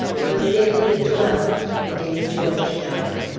it was dated the twelfth the day george died.